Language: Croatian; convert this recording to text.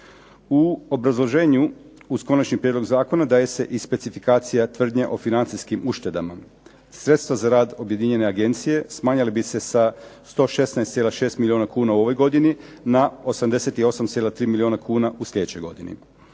U obrazloženju uz konačni prijedlog zakona daje se i specifikacija tvrdnje o financijskim uštedama. Sredstva za rad objedinjene agencije smanjile bi se sa 116,6 milijuna kuna u ovoj godini na 88,3 milijuna kuna u sljedećoj godini.